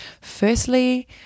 Firstly